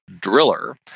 Driller